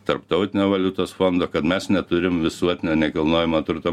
tarptautinio valiutos fondo kad mes neturim visuotinio nekilnojamo turto